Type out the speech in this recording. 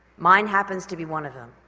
mine happens to be one of them.